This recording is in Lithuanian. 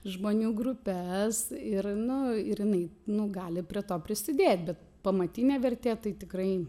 žmonių grupes ir nu ir jinai nu gali prie to prisidėt bet pamatinė vertė tai tikrai